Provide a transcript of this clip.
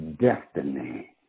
destiny